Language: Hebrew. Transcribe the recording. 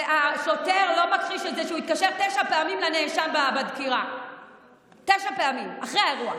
השוטר לא מכחיש את זה שהוא התקשר תשע פעמים לנאשם בדקירה לאחר האירוע.